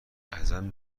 ازم